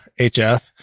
HF